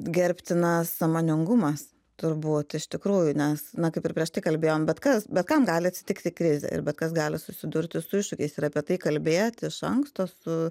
gerbtinas sąmoningumas turbūt iš tikrųjų nes na kaip ir prieš tai kalbėjom bet kas bet kam gali atsitikti krizė ir bet kas gali susidurti su iššūkiais ir apie tai kalbėt iš anksto su